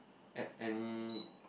at any